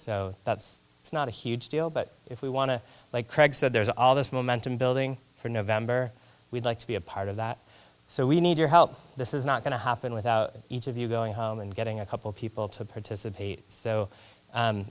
so it's not a huge deal but if we want to like craig said there's all this momentum building for november we'd like to be a part of that so we need your help this is not going to happen without each of you going home and getting a couple people to participate so